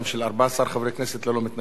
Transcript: ללא מתנגדים וללא נמנעים.